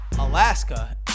Alaska